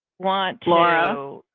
want laura.